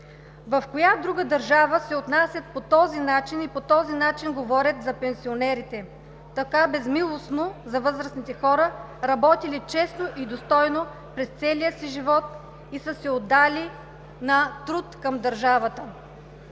В коя друга държава се отнасят по този начин и по този начин говорят за пенсионерите – така безмилостно за възрастните хора, работили честно и достойно през целия си живот и отдали се на труд към държавата?!